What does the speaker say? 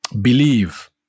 believe